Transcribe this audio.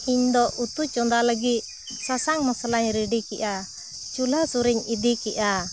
ᱤᱧ ᱫᱚ ᱩᱛᱩ ᱪᱚᱸᱫᱟ ᱞᱟᱹᱜᱤᱫ ᱥᱟᱥᱟᱝ ᱢᱚᱥᱞᱟᱧ ᱨᱮᱰᱤ ᱠᱮᱜᱼᱟ ᱪᱩᱞᱦᱟᱹ ᱥᱩᱨᱤᱧ ᱤᱫᱤ ᱠᱮᱜᱼᱟ